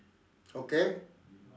okay